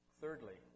Thirdly